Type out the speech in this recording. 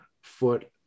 foot